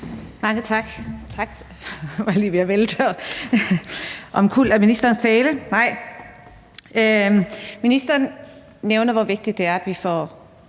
Mange tak.